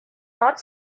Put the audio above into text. not